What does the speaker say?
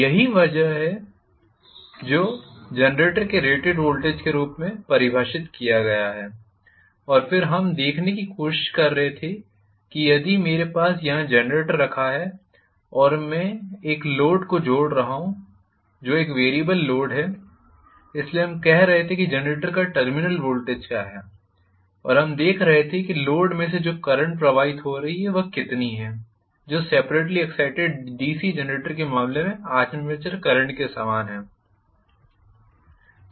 यही वह है जो जनरेटर के रेटेड वोल्टेज के रूप में परिभाषित किया गया है और फिर हम देखने की कोशिश कर रहे थे यदि मेरे पास यहाँ जनरेटर रखा है और मैं एक लोड को जोड़ रहा हूँ जो एक वेरिअबल लोड है इसलिए हम देख रहे थे कि जनरेटर का टर्मिनल वोल्टेज क्या है और हम देख रहे थे कि लोड में से जो करंट प्रवाहित हो रही है वह कितनी है जो सेपरेट्ली एग्ज़ाइटेड डीसी जेनरेटर के मामले में आर्मेचर करंट के समान है